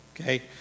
Okay